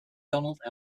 donald